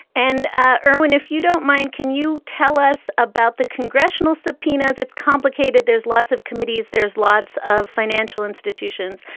and ah irwin, if you don't mind, can you tell us about the congressional subpoenas? it's complicated. there's lots of committees. there's lots of financial institutions.